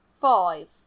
Five